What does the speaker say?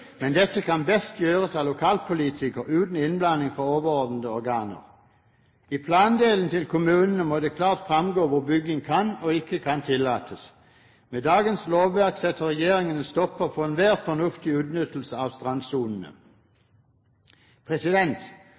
men dette kan best gjøres av lokalpolitikere uten innblanding fra overordnede organer. I plandelen til kommunene må det klart fremgå hvor bygging kan og ikke kan tillates. Med dagens lovverk setter regjeringen en stopper for enhver fornuftig utnyttelse av strandsonene.